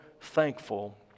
thankful